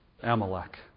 Amalek